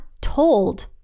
told